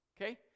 Okay